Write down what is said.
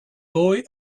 boy